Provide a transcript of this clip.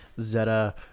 Zeta